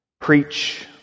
Preach